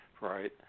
right